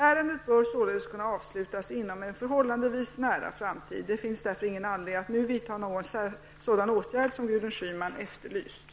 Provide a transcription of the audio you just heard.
Ärendet bör således kunna avsluta inom en förhållandevis nära framtid. Det finns därför ingen anledning att nu vidta någon sådan åtgärd som